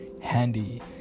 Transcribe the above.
handy